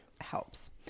helps